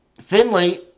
Finley